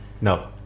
no